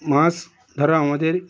মাছ ধরা আমাদের